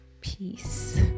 peace